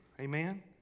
amen